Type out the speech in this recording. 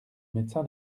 médecin